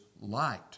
light